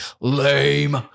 lame